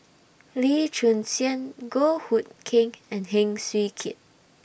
Lee Choon Seng Goh Hood Keng and Heng Swee Keat